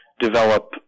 Develop